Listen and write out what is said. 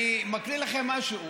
אני מקריא לכם משהו,